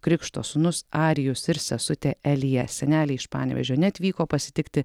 krikšto sūnus arijus ir sesutė elija seneliai iš panevėžio neatvyko pasitikti